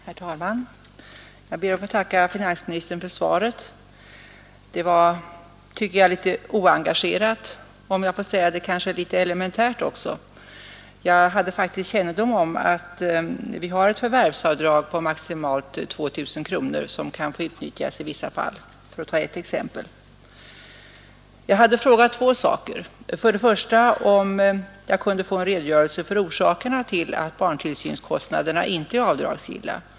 Herr talman! Jag ber att få tacka finansministern för svaret. Det var, tycker jag, litet oengagerat och, om jag får säga det, kanske också litet elementärt. Jag hade faktiskt kännedom om att vi har ett förvärvsavdrag på maximalt 2 000 kronor som kan få utnyttjas i vissa fall, för att ta ett exempel. För det första hade jag frågat om jag kunde få en redogörelse för orsakerna till att barntillsynskostnaderna inte är avdragsgilla.